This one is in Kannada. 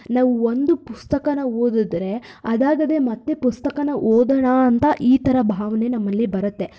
ನಾವು ಒಂದು ಪುಸ್ತಕನ ಓದಿದ್ರೆ ಅದಾಗದೇ ಮತ್ತೆ ಪುಸ್ತಕನ ಓದೋಣ ಅಂತ ಈ ಥರ ಭಾವನೆ ನಮ್ಮಲ್ಲಿ ಬರತ್ತೆ